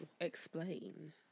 explain